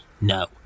no